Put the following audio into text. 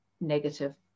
negative